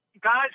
Guys